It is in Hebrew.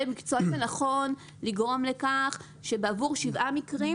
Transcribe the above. המקצוע והאם זה נכון לגרום לכך שעבור שבעה מקרים,